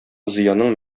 зыяның